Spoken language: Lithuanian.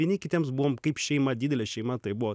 vieni kitiems buvom kaip šeima didelė šeima tai buvo